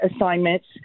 assignments